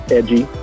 edgy